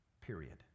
period